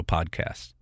Podcast